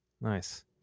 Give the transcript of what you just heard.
Nice